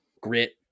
grit